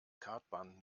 kartbahn